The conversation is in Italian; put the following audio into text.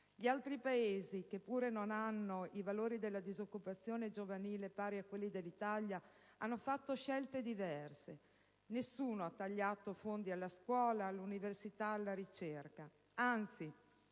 Gli altri Paesi, che pur non hanno i valori della disoccupazione giovanile pari a quelli dell'Italia, hanno fatto scelte diverse: nessuno ha tagliato fondi alla scuola, all'università, alla ricerca. Anzi,